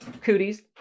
cooties